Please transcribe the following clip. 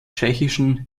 tschechischen